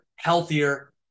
healthier